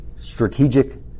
strategic